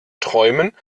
träumen